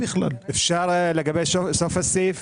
גם סוף הסעיף